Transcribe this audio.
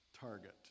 target